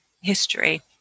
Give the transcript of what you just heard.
history